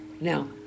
Now